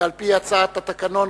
ועל-פי הצעת התקנון,